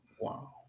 wow